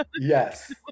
yes